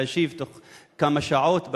להשיב בתוך כמה שעות,